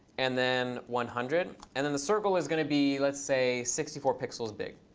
and then one hundred. and then the circle is going to be, let's say, sixty four pixels big.